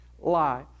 lie